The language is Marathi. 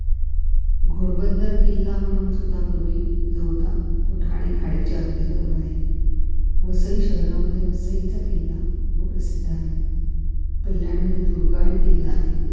घोडबंदर किल्ला म्हणून सुुद्धा पूर्वी जो होता तो ठाणे खाडीच्या अगदी जवळ आहे वसई शहरामध्ये वसईचा किल्ला तो प्रसिद्ध आहे कल्याणमध्ये दुर्गाडी किल्ला आहे